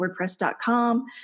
wordpress.com